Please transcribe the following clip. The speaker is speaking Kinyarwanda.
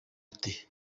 ati